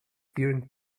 during